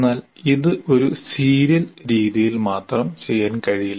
എന്നാൽ ഇത് ഒരു സീരിയൽ രീതിയിൽ മാത്രം ചെയ്യാൻ കഴിയില്ല